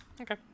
Okay